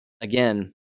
again